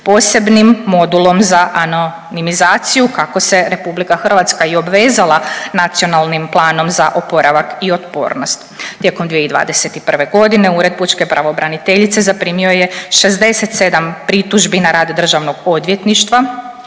posebnim modulom za anonimizaciju kao se RH i obvezala Nacionalnim planom za oporavak i otpornost. Tijekom 2021. godine Ured pučke pravobraniteljice zaprimio je 67 pritužbi na rad Državnog odvjetništva